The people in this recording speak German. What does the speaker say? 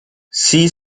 sie